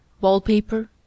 Wallpaper